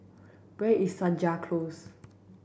where is Senja Close